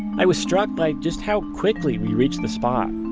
i was struck by just how quickly we reached the spot.